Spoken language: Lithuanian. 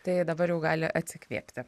tai dabar jau gali atsikvėpti